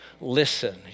listen